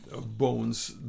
bones